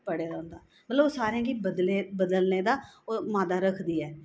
पढ़े दा होंदा मतलब ओह् सारें गी बदले बदलने दा माद्दा रखदी ऐ